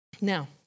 Now